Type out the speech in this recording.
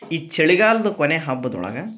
ಈ ಚಳಿಗಾಲದ ಕೊನೆಯ ಹಬ್ಬದ ಒಳಗ